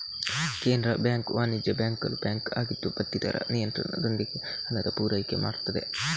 ಕೇಂದ್ರ ಬ್ಯಾಂಕು ವಾಣಿಜ್ಯ ಬ್ಯಾಂಕುಗಳ ಬ್ಯಾಂಕು ಆಗಿದ್ದು ಬಡ್ಡಿ ದರ ನಿಯಂತ್ರಣದೊಂದಿಗೆ ಹಣದ ಪೂರೈಕೆ ಮಾಡ್ತದೆ